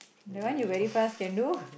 the one you very fast can do